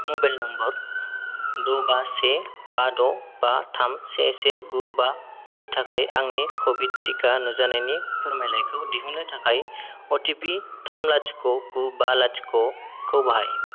mobile number द' बा से बा द' बा थाम से से गु बा नि थाखाय आंनि क'विड टिका नुजानायनि फोरमालाइखौ दिहुन्नो थाखाय अ टि पि थाम लाथिख' लाथिख' गु बा लाथिख' खौ बाहाय